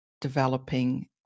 developing